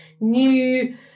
new